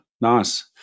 nice